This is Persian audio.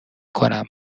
کنم